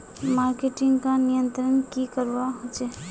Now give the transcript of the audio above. Marketing का नियंत्रण की करवा होचे?